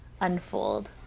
unfold